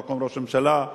ממלא-מקום ראש הממשלה,